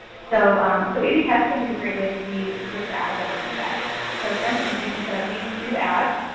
so so a b testing is a great way to see which ads are working the best. so for instance we can set up these two ads.